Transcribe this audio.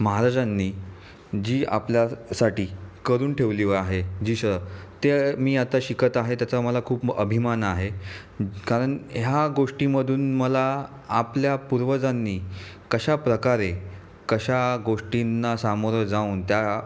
महाराजांनी जी आपल्यासाठी करून ठेवली आहे जी श ते मी आता शिकत आहे त्याचं मला खूप अभिमान आहे कारण ह्या गोष्टीमधून मला आपल्या पूर्वजांनी कशाप्रकारे कशा गोष्टींना सामोरं जाऊन त्या